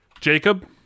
Jacob